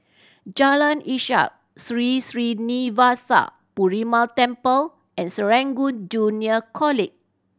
Jalan Ishak Sri Srinivasa Perumal Temple and Serangoon Junior College